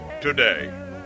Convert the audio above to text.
today